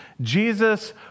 Jesus